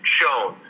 shown